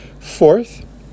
Fourth